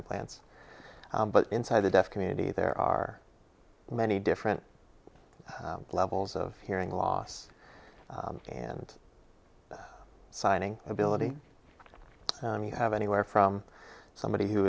implants but inside the deaf community there are many different levels of hearing loss and signing ability you have anywhere from somebody who